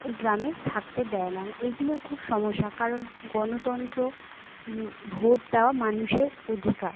ওই গ্রামে থাকতে দেয় না এগুলো খুব সমস্যা কারণ গণতন্ত্র ভোট দেওয়া মানুষের অধিকার